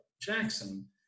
Jackson